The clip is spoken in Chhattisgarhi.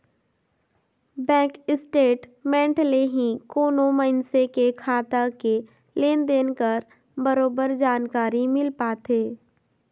बेंक स्टेट मेंट ले ही कोनो मइनसे के खाता के लेन देन कर बरोबर जानकारी मिल पाथे